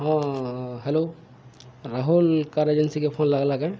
ହଁ hello Rahul car ଏଜେନ୍ସିକେ phone ଲାଗ୍ଲା କେ